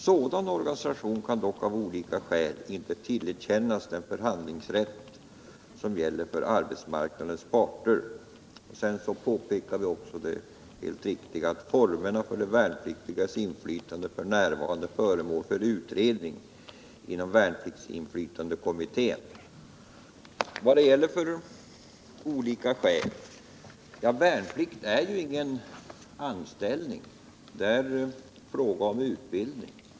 Sådan organisation kan dock av olika skäl inte tillerkännas den förhandlingsrätt som gäller för arbetsmarknadens parter.” Sedan påpekar vi också att formerne. för de värnpliktigas inflytande f. n. är föremål för en utredning inom värn pliktsinflytandekommittén. Vad gäller det för olika skäl? Ja, värnplikt är ju ingen anställning. Det är en fråga om utbildning.